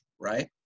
right